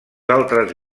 altres